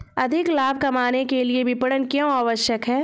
अधिक लाभ कमाने के लिए विपणन क्यो आवश्यक है?